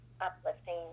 uplifting